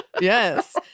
Yes